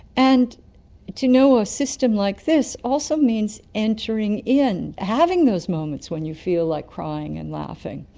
and to know a system like this also means entering in, having those moments when you feel like crying and laughing,